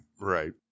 Right